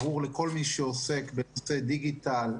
ברור לכל מי שעוסק בנושא דיגיטל,